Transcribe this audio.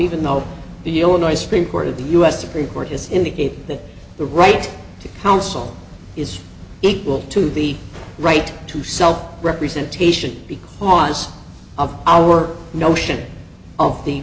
even though the illinois supreme court of the u s supreme court has indicated that the right to counsel is equal to the right to self representation because of our notion of the